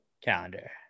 calendar